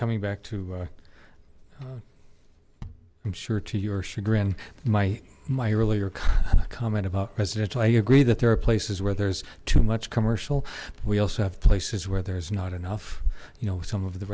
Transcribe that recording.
coming back to i'm sure to your chagrin my my earlier comment about residential i agree that there are places where there's too much commercial we also have places where there's not enough you know some of the